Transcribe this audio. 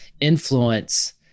influence